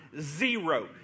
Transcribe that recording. Zero